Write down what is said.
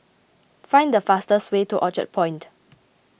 find the fastest way to Orchard Point